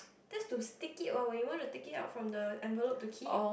that's to stick it what when you want to take it out from the envelope to keep